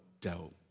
doubt